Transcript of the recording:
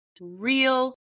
real